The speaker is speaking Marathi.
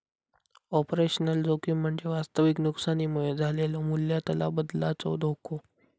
ऑपरेशनल जोखीम म्हणजे वास्तविक नुकसानीमुळे झालेलो मूल्यातला बदलाचो धोको